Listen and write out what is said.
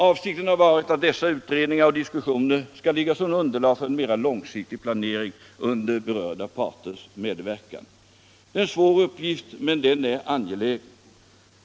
Avsikten var att dessa branschrådsutredningar och de diskussioner som föregått dem skulle ligga som underlag för en mera långsiktig planering under berörda parters medverkan. En sådan långsiktig planering innebär en svår uppgift. men den är angelägen.